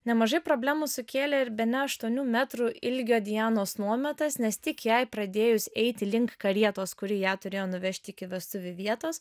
nemažai problemų sukėlė ir bene aštuonių metrų ilgio dianos nuometas nes tik jai pradėjus eiti link karietos kuri ją turėjo nuvežti iki vestuvių vietos